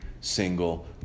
single